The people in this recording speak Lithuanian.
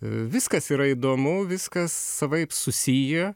viskas yra įdomu viskas savaip susiję